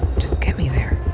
just get me there.